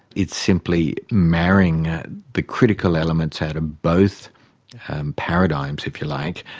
it's simply marrying the critical elements out of both paradigms, if you like,